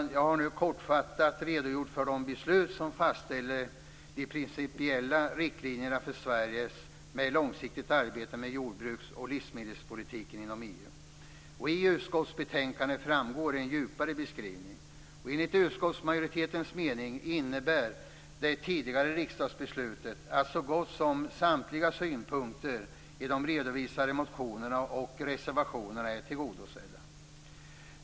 Jag har nu kortfattat redogjort för de beslut som fastställer de principiella riktlinjerna för Sveriges långsiktiga arbete med jordbruks och livsmedelspolitiken inom EU. I utskottsbetänkandet framgår en djupare beskrivning. Enligt utskottsmajoritetens mening innebär det tidigare riksdagsbeslutet att så gott som samtliga synpunkter i de redovisade motionerna och reservationerna är tillgodosedda.